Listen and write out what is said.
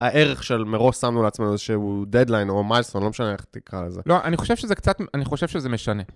הערך שמראש שמנו לעצמנו זה שהוא דדליין או מיילסטון, לא משנה איך תקרא לזה. לא, אני חושב שזה קצת, אני חושב שזה משנה.